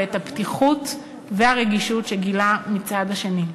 ואת הפתיחות והרגישות שגילה מצד שני.